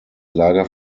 lager